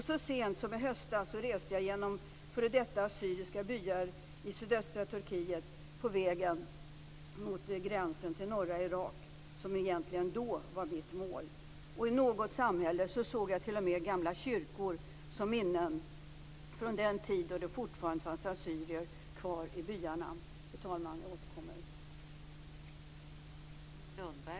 Så sent som i höstas reste jag genom f.d. assyriska byar i sydöstra Turkiet på väg mot gränsen till norra Irak, som egentligen då var mitt mål. I något samhälle såg jag t.o.m. gamla kyrkor som minnen från den tid då det fortfarande fanns assyrier kvar i byarna. Fru talman! Jag återkommer.